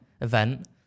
event